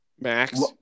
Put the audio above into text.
Max